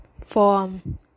Form